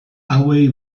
hauei